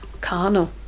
carnal